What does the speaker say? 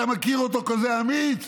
אתה מכיר אותו כזה אמיץ?